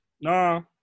No